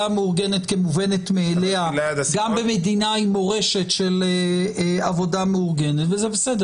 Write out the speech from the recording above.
המאורגנת כמובנת מאליה גם במדינה עם מורשת של עבודה מאורגנת וזה בסדר.